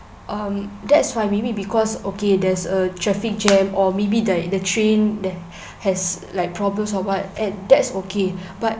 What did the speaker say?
um that's why maybe because okay there's a traffic jam or maybe like the train that has like problems or what and that's okay but